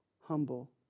humble